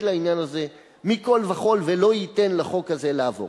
לעניין הזה מכול וכול ולא ייתן לחוק הזה לעבור.